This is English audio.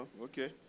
Okay